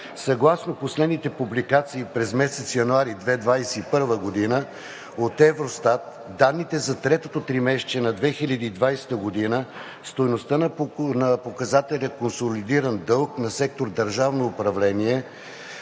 Съгласно последните публикации през месец януари 2021 г. от Евростат – данните за третото тримесечие на 2020 г., стойността на показателя консолидиран дълг на сектор „Държавно управление“